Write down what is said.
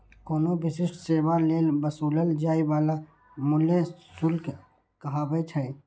कोनो विशिष्ट सेवा लेल वसूलल जाइ बला मूल्य शुल्क कहाबै छै